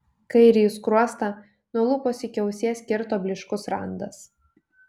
kairįjį skruostą nuo lūpos iki ausies kirto blyškus randas